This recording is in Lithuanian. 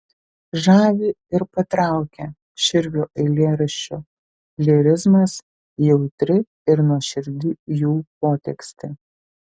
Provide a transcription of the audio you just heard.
žavi ir patraukia širvio eilėraščių lyrizmas jautri ir nuoširdi jų potekstė